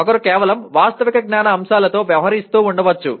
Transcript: ఒకరు కేవలం వాస్తవిక జ్ఞాన అంశాలతో వ్యవహరిస్తూ ఉండవచ్చు